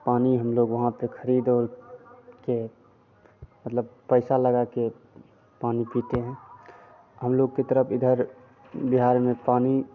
पानी हम लोग वहाँ पर ख़रीदकर मतलब पैसा लगाकर पानी पीते हैं हम लोग के तरफ इधर बिहार में पानी